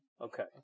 Okay